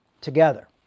together